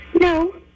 No